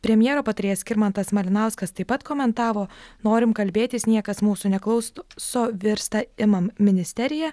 premjero patarėjas skirmantas malinauskas taip pat komentavo norim kalbėtis niekas mūsų neklauso virsta imam ministeriją